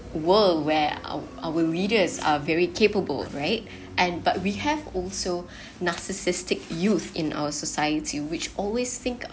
world where our our readers are very capable right and but we have also narcissistic youth in our society which always think